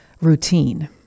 routine